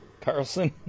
carlson